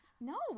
No